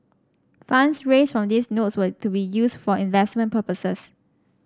funds raised from these notes were to be used for investment purposes